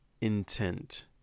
intent